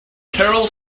carol